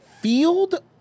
Field